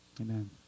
Amen